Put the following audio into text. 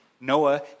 Noah